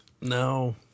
No